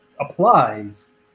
applies